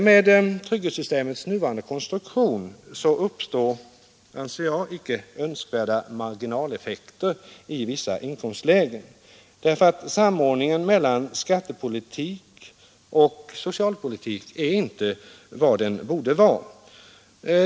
Med trygghetsbestämmelsens nuvarande konstruktion uppstår icke önskvärda marginaleffekter för människor i vissa inkomstlägen på grund av att samordningen mellan skattepolitik och socialpolitik inte är vad den borde vara.